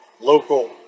Local